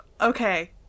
Okay